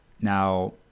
Now